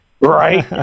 Right